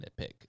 nitpick